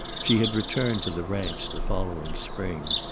she had returned to the ranch the following spring.